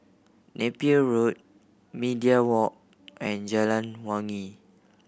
Napier Road Media Walk and Jalan Wangi